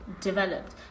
developed